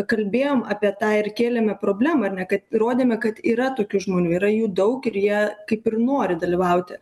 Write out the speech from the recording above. kalbėjom apie tą ir kėlėme problemą ar ne kad rodėme kad yra tokių žmonių yra jų daug ir jie kaip ir nori dalyvauti